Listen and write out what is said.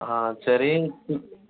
ஆ சரி ம்